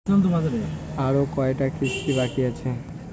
আরো কয়টা কিস্তি বাকি আছে?